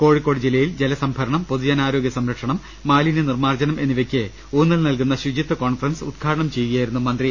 കോഴിക്കോട് ജില്ലയിൽ ജലസംഭരണം പൊതുജനാരോഗ്യ സംരക്ഷണം മാലിന്യനിർമ്മാർജ്ജനം എന്നിവയ്ക്ക് ഉൌന്നൽ നൽകുന്ന ശുച്ചിത്യ കോൺഫറൻസ് ഉദ്ഘാടനം ചെയ്യുകയായിരുന്നു മന്ത്രി